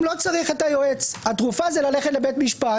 שלא צריך את היועץ התרופה זה ללכת לבית משפט.